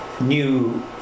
new